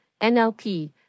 NLP